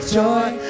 joy